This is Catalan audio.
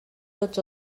tots